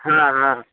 हा ह